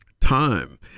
Time